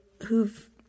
who've